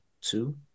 Two